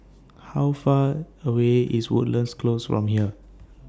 How Far away IS Woodlands Close from here